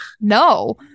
no